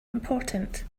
important